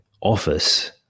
office